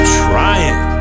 trying